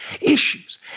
issues